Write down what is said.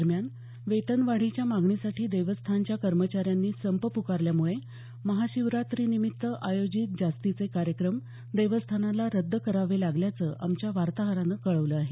दरम्यान वेतन वाढीच्या मागणीसाठी देवस्थानच्या कर्मचाऱ्यांनी संप प्कारल्यामुळे महाशिवरात्री निमित्त आयोजित जादा कार्यक्रम देवस्थानाला रद्द करावे लागल्याचं आमच्या वार्ताहरानं कळवलं आहे